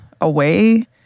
away